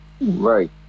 Right